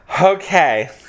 Okay